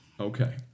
Okay